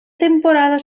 temporada